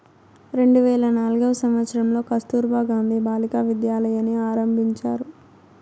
రెండు వేల నాల్గవ సంవచ్చరంలో కస్తుర్బా గాంధీ బాలికా విద్యాలయని ఆరంభించారు